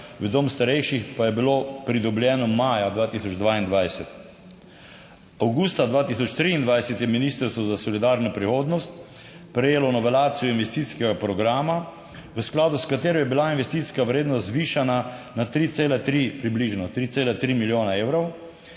v dom starejših pa je bilo pridobljeno maja 2022. Avgusta 2023 je Ministrstvo za solidarno prihodnost prejelo novelacijo investicijskega programa v skladu s katero je bila investicijska vrednost zvišana na 3,3 približno,